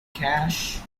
cash